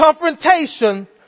confrontation